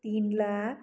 तिन लाख